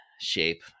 shape